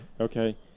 Okay